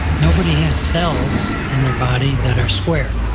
nobody has cells in their body that are square.